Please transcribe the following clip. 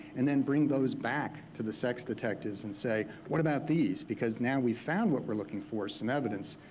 and then bring those back to the sex detectives and say, what about these? because now we found what we're looking for, some evidence.